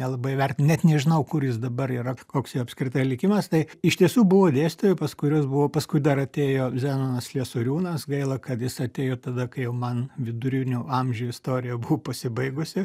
nelabai vertinom net nežinau kur jis dabar yra koks jo apskritai likimas tai iš tiesų buvo dėstytojai pas kuriuos buvau paskui dar atėjo zenonas sliesoriūnas gaila kad jis atėjo tada kai jau man vidurinių amžių istorija buvo pasibaigusi